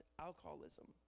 alcoholism